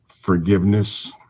forgiveness